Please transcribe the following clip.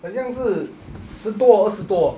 很像是十多 or 二十多